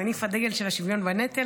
מניף הדגל של השוויון בנטל,